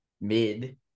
mid